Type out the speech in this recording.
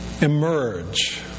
emerge